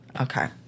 Okay